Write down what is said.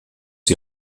die